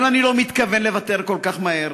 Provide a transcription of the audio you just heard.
אבל אני לא מתכוון לוותר כל כך מהר,